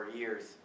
years